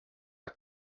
are